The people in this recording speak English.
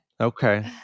Okay